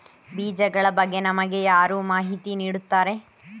ಬೀಜಗಳ ಬಗ್ಗೆ ನಮಗೆ ಯಾರು ಮಾಹಿತಿ ನೀಡುತ್ತಾರೆ?